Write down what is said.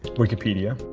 wikipedia.